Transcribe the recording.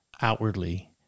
outwardly